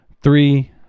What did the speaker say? Three